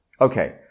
Okay